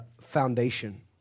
foundation